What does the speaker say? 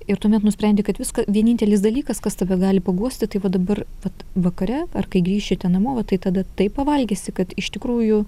ir tuomet nusprendi kad viska vienintelis dalykas kas tave gali paguosti tai va dabar vat vakare ar kai grįši ten namo tai tada taip pavalgysi kad iš tikrųjų